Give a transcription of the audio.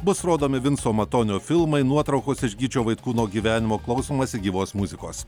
bus rodomi vinco matonio filmai nuotraukos iš gyčio vaitkūno gyvenimo klausomasi gyvos muzikos